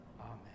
Amen